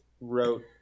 wrote